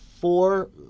four